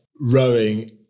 rowing